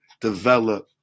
develop